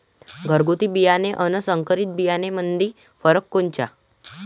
घरगुती बियाणे अन संकरीत बियाणामंदी फरक कोनचा?